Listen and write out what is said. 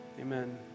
amen